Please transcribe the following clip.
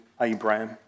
Abraham